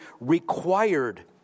required